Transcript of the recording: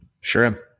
Sure